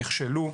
נכשלו.